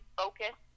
focus